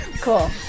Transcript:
Cool